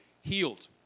healed